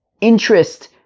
interest